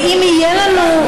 ואם יהיה לנו,